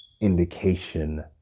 indication